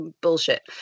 bullshit